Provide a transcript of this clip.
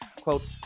Quote